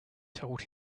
told